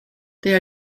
there